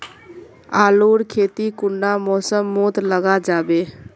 आलूर खेती कुंडा मौसम मोत लगा जाबे?